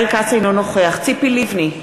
אינו נוכח ציפי לבני,